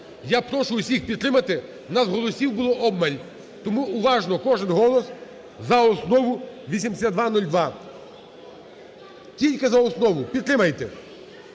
Я прошу усіх підтримати, в нас голосів було обмаль. Тому уважно кожен голос – за основу 8202, тільки за основу підтримайте.